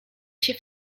się